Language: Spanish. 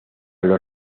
los